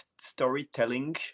storytelling